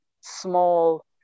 small